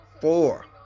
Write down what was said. four